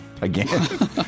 Again